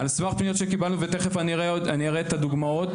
על סמך פניות שקיבלנו ותיכף אני אראה את הדוגמאות.